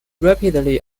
rapidly